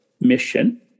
mission